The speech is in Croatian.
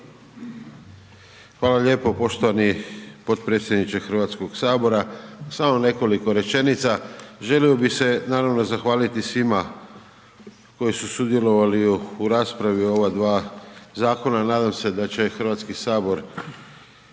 Hvala lijepo poštovani potpredsjedniče HS. Samo nekoliko rečenica, želio bih se naravno zahvaliti svima koji su sudjelovali u raspravi ova dva zakona, nadam se da će HS usvojiti